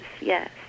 yes